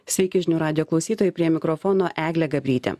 sveiki žinių radijo klausytojai prie mikrofono eglė gabrytė